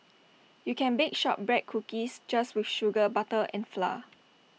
you can bake Shortbread Cookies just with sugar butter and flour